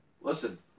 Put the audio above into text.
Listen